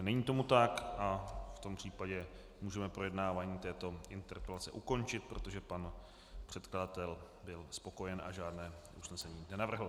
Není tomu tak, v tom případě můžeme projednávání této interpelace ukončit, protože pan předkladatel byl spokojen a žádné usnesení nenavrhl.